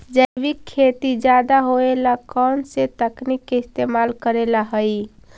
जैविक खेती ज्यादा होये ला कौन से तकनीक के इस्तेमाल करेला हई?